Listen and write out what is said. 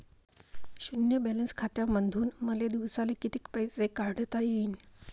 शुन्य बॅलन्स खात्यामंधून मले दिवसाले कितीक पैसे काढता येईन?